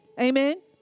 Amen